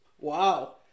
Wow